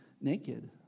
naked